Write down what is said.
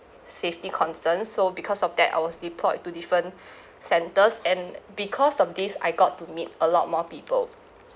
safety concerns so because of that I was deployed to different centres and because of this I got to meet a lot more people